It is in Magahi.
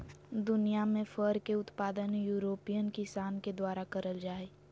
दुनियां में फर के उत्पादन यूरोपियन किसान के द्वारा करल जा हई